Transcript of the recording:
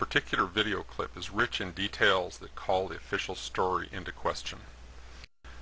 particular video clip is rich in details that call the official story into question